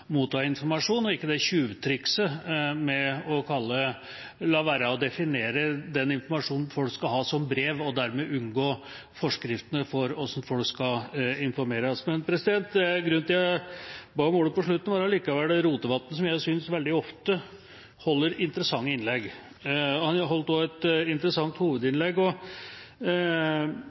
motta informasjon, og ikke det tjuvtrikset med å la være å definere den informasjonen folk skal ha, som brev og dermed unngå forskriftene for hvordan folk skal informeres. Grunnen til at jeg ba om ordet på slutten, var allikevel representanten Rotevatn, som jeg syns veldig ofte holder interessante innlegg. Han holdt også et interessant hovedinnlegg.